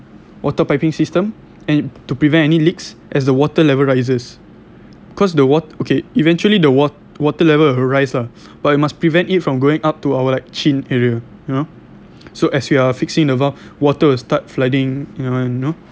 water piping system and to prevent any leaks as the water level rises cause the wat~ okay eventually the wat~ water level will rise lah but you must prevent it from going up to our like chin area you know so as you are fixing the valve water will start flooding you know you know